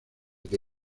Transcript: que